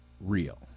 real